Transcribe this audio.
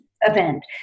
event